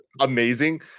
amazing